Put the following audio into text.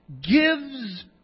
gives